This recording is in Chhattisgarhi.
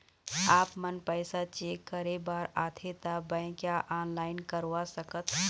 आपमन पैसा चेक करे बार आथे ता बैंक या ऑनलाइन करवा सकत?